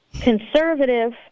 conservative